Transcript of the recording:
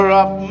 up